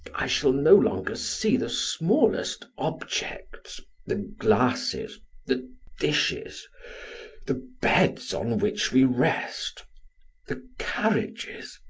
i shall no longer see the smallest objects the glasses the dishes the beds on which we rest the carriages.